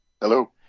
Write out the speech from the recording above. Hello